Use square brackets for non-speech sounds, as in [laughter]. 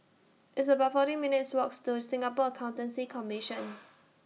It's about forty minutes' Walk to Singapore Accountancy Commission [noise]